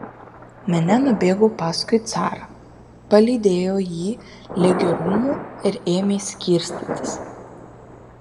minia nubėgo paskui carą palydėjo jį ligi rūmų ir ėmė skirstytis